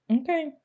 okay